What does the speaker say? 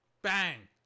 bang